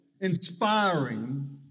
inspiring